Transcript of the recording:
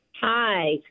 Hi